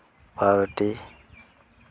ᱯᱟᱣᱨᱩᱴᱤ